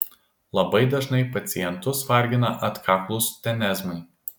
labai dažnai pacientus vargina atkaklūs tenezmai